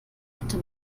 kette